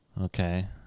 Okay